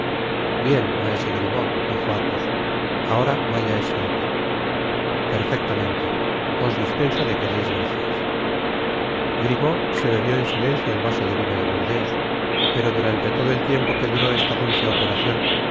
bien maese grimaud dijo athos ahora vaya ese otro perfectamente os dispenso de que deis gracias grimaud se bebió en silencio el vaso de vino de burdeos pero durante todo et tiempo que duró esta dulce operacion